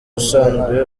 usanzwe